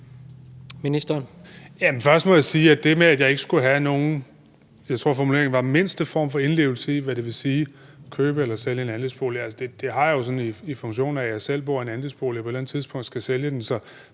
jeg sige til det med, at jeg ikke skulle have nogen, jeg tror formuleringen var mindste form for indlevelse i, hvad det vil sige at købe eller sælge en andelsbolig, at det har jeg jo i funktionen af, at jeg selv bor i en andelsbolig og på et eller andet tidspunkt skal sælge den.